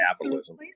capitalism